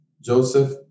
Joseph